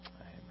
amen